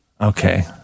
Okay